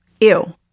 ew